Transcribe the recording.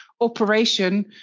operation